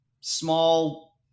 small